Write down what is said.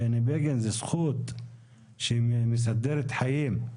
תכנון, בני בגין, זה זכות שמסדרת חיים.